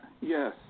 Yes